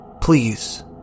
Please